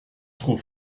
trop